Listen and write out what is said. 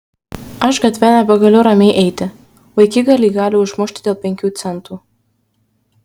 aš gatve nebegaliu ramiai eiti vaikigaliai gali užmušti dėl penkių centų